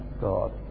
God